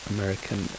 American